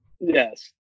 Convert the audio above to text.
Yes